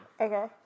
Okay